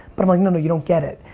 but i'm like, no, no, you don't get it.